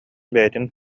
бэйэтин